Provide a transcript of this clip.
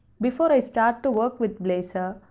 before i start to work with blazor,